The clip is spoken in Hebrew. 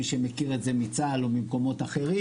מי שמכיר את זה מצה"ל או ממקומות אחרים.